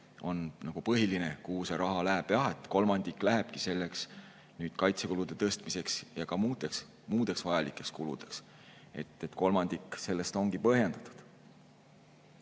on põhiline, kuhu see raha läheb. Jah, kolmandik lähebki kaitsekulude tõstmiseks ja ka muudeks vajalikeks kuludeks. Kolmandik sellest ongi põhjendatud.